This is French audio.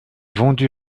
vendu